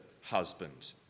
husband